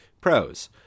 Pros